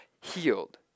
healed